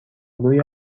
روی